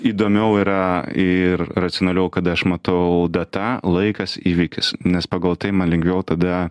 įdomiau yra ir racionaliau kada aš matau data laikas įvykis nes pagal tai man lengviau tada